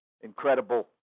incredible